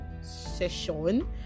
Session